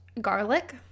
garlic